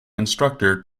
instructor